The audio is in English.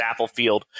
Applefield